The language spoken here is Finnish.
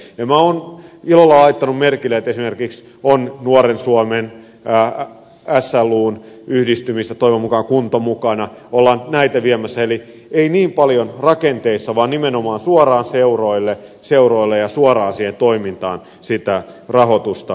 minä olen ilolla laittanut merkille että esimerkiksi on nuoren suomen slun yhdistymistä toivon mukaan kunto on mukana ollaan näitä viemässä eli ei niin paljon rakenteisiin vaan nimenomaan suoraan seuroille ja suoraan toimintaan sitä rahoitusta